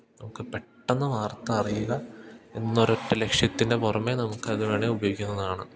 നമുക്ക് പെട്ടെന്ന് വാർത്ത അറിയുക എന്നൊരൊറ്റ ലക്ഷ്യത്തിൻ്റെ പുറമേ നമുക്കത് വേണേ ഉപയോഗിക്കുന്നതാണ്